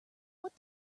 what